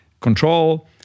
control